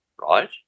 right